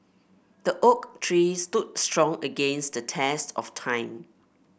the oak tree stood strong against the test of time